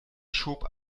schob